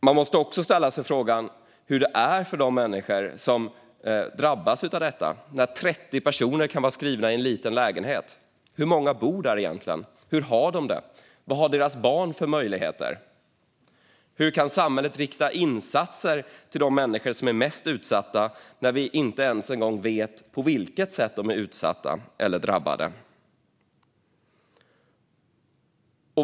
Man måste också ställa sig frågan hur det är för de människor som drabbas av detta. Om 30 personer är skrivna i en liten lägenhet, hur många bor där egentligen, hur har de det och vad har deras barn för möjligheter? Hur kan samhället rikta insatser till de människor som är mest utsatta när vi inte ens vet på vilket sätt de är utsatta eller drabbade?